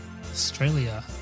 Australia